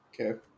Okay